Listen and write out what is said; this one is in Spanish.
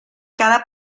cada